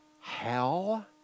hell